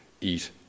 eat